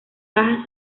bajas